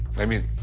i mean,